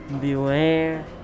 Beware